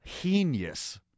genius